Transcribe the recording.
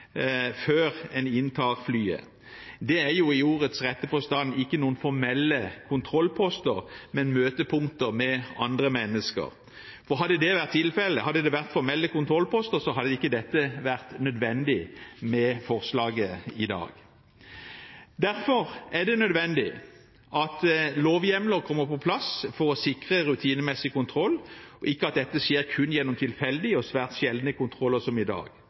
før en inntar flyet. Det er i ordets rette forstand ikke noen formelle kontrollposter, men møtepunkter med andre mennesker. Hadde det vært tilfellet at det hadde vært formelle kontrollposter, så hadde det ikke vært nødvendig med forslaget i dag. Derfor er det nødvendig at lovhjemler kommer på plass for å sikre rutinemessig kontroll og ikke at dette skjer kun gjennom tilfeldige og svært sjeldne kontroller, som i dag.